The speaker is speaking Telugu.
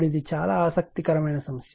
ఇప్పుడు ఇది చాలా ఆసక్తికరమైన సమస్య